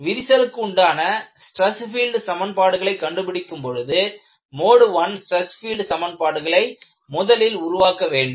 விரிசலுக்கு உண்டான stress field சமன்பாடுகளை கண்டுபிடிக்கும் பொழுது மோடு I ஸ்டிரஸ் பீல்டு சமன்பாடுகளை முதலில் உருவாக்க வேண்டும்